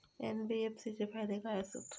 NBFC चे फायदे खाय आसत?